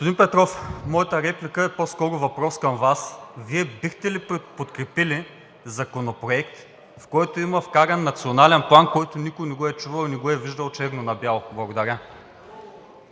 Господин Петров, моята реплика е по-скоро въпрос към Вас. Вие бихте ли подкрепили законопроект, в който има вкаран Национален план, който никой не го е чувал и не го е виждал черно на бяло?! Благодаря.